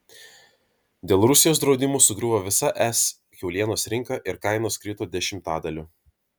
dėl rusijos draudimų sugriuvo visa es kiaulienos rinka ir kainos krito dešimtadaliu